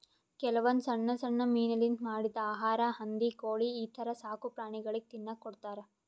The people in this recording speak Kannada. ಕೆಲವೊಂದ್ ಸಣ್ಣ್ ಸಣ್ಣ್ ಮೀನಾಲಿಂತ್ ಮಾಡಿದ್ದ್ ಆಹಾರಾ ಹಂದಿ ಕೋಳಿ ಈಥರ ಸಾಕುಪ್ರಾಣಿಗಳಿಗ್ ತಿನ್ನಕ್ಕ್ ಕೊಡ್ತಾರಾ